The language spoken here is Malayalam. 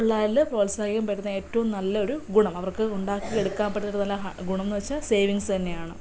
പിള്ളാരില് പ്രോത്സാഹിപ്പിക്കാൻ പറ്റുന്ന ഏറ്റവും നല്ലൊരു ഗുണം അവർക്ക് ഉണ്ടാക്കി എടുക്കാൻ പറ്റുന്ന ഗുണമെന്ന് വച്ചാൽ സേവിങ്സ് തന്നെയാണ്